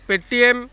Paytm